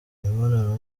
imibonano